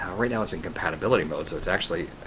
right now it's in compatibility mode so it's actually,